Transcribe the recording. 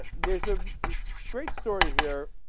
there's a it great story here